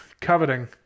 Coveting